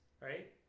right